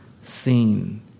seen